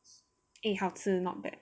eh 好吃 not bad